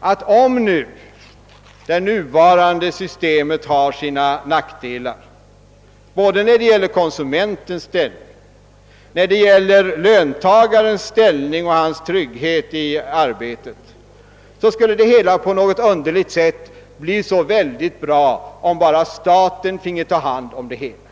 att om det nuvarande systemet har sina nackdelar när det gäller konsumentens ställning och när det gäller löntagarens ställning och trygghet i arbetet, så skulle det hela på något underligt sätt bli alldeles bra, om bara staten fick ta hand om det hela.